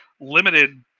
limited